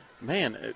Man